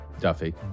Duffy